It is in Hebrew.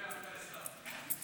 אני שמעתי ברוב קשב את